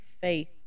faith